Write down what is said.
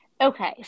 Okay